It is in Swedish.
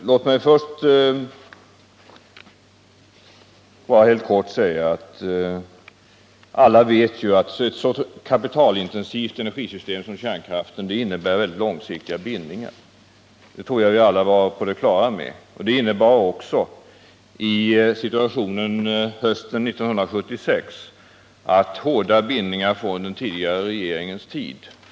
Alla vet att ett så kapitalintensivt system som kärnkraften innebär långsiktiga bindningar. Hösten 1976 innebar det också att det fanns hårda bindningar från den tidigare regeringens tid.